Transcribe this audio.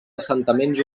assentaments